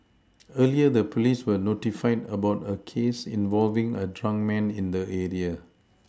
earlier the police were notified about a case involving a drunk man in the area